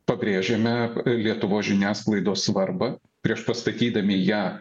pabrėžiame lietuvos žiniasklaidos svarbą priešpastatydami ją